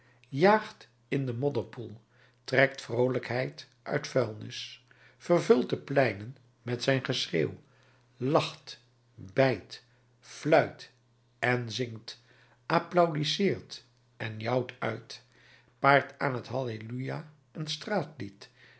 jaagt in den modderpoel trekt vroolijkheid uit vuilnis vervult de pleinen met zijn geschreeuw lacht en bijt fluit en zingt applaudisseert en jouwt uit paart aan het halleluja een straatlied